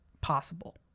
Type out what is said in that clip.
possible